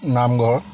নামঘৰ